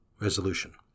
Resolution